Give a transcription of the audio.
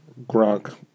Gronk